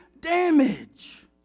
damage